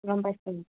গম পাইছোঁ